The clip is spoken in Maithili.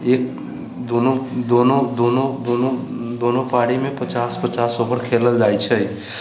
एक दोनो पारीमे पचास पचास ओवर खेलल जाइत छै